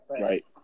Right